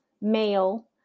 male